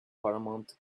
paramount